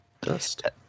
Dust